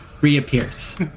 reappears